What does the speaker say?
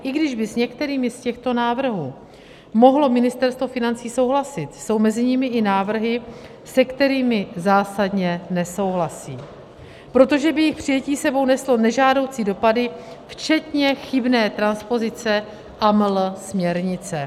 I když by s některými z těchto návrhů mohlo Ministerstvo financí souhlasit, jsou mezi nimi i návrhy, se kterými zásadně nesouhlasí, protože by jejich přijetí s sebou neslo nežádoucí dopady včetně chybné transpozice AML směrnice.